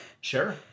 Sure